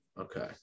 Okay